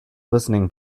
listening